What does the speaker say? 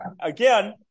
again